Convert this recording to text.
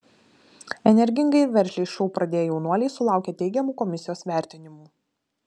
energingai ir veržliai šou pradėję jaunuoliai sulaukė teigiamų komisijos vertinimų